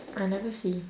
I never see